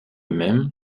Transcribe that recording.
même